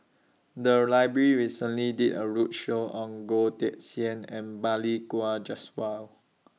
The Library recently did A roadshow on Goh Teck Sian and Balli Kaur Jaswal